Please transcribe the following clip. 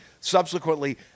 subsequently